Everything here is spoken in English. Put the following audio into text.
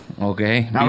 Okay